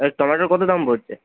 আর টমেটোর কত দাম পড়ছে